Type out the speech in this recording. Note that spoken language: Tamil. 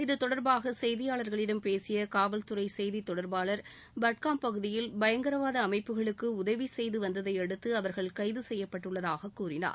இது தொடர்பாக செய்தியாளர்களிடம் பேசிய காவல்துறை செய்தித்தொடர்பாளர் பட்காம் பகுதியில் பயங்கரவாத அமைப்புகளுக்கு் உதவி செய்து வந்ததையடுத்து அவர்கள் கைது செய்யப்பட்டுள்ளதாகக் கூறினார்